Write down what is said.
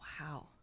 Wow